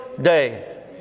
Day